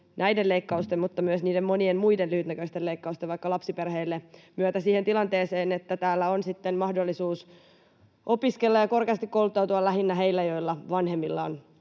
näiden leikkausten mutta myös niiden monien muiden lyhytnäköisten leikkausten, vaikkapa lapsiperheiltä, myötä siihen tilanteeseen, että täällä on sitten mahdollisuus opiskella ja korkeasti kouluttautua lähinnä heillä, joiden vanhemmilla on